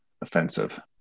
offensive